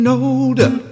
older